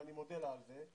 ואני מודה לה על זה,